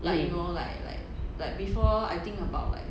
mm